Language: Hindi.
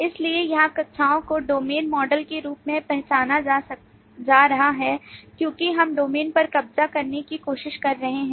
इसलिए यहां कक्षाओं को डोमेन मॉडल के रूप में पहचाना जा रहा है क्योंकि हम डोमेन पर कब्जा करने की कोशिश कर रहे हैं